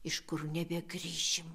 iš kur nebegrįšim